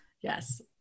Yes